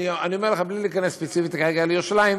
אני אומר לך בלי להיכנס ספציפית כרגע לירושלים: